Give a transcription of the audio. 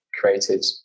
created